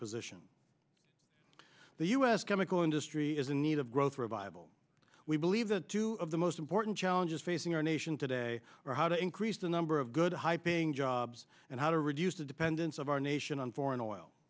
position the u s chemical industry is in need of growth revival we believe that two of the most important challenges facing our nation today are how to increase the number of good high paying jobs and how to reduce the dependence of our nation on foreign oil